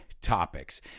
topics